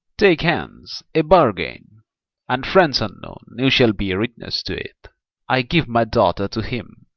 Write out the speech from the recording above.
take hands, a bargain and, friends unknown, you shall bear witness to't i give my daughter to him,